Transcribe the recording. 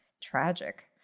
Tragic